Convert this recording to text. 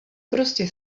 prostě